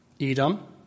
Edom